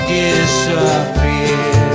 disappear